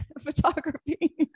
photography